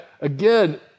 Again